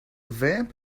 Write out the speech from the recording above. vamp